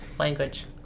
language